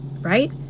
right